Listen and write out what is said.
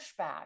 pushback